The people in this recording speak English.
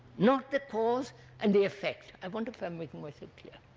not the cause and the effect. i wonder if i am making myself clear?